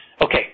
Okay